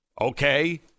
Okay